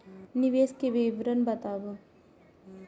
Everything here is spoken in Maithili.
निवेश के विवरण बताबू?